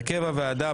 הרכב הוועדה.